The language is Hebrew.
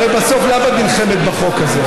הרי בסוף, למה את נלחמת בחוק הזה?